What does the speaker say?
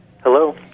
Hello